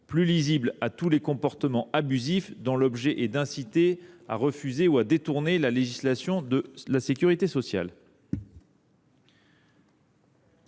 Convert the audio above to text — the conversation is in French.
plus claire à tous les comportements abusifs dont l’objet est d’inciter à refuser ou à détourner la législation de la sécurité sociale.